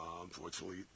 Unfortunately